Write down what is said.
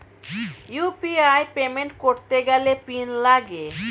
UPI payment করতে গেলে PIN লাগে